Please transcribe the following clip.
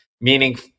Meaning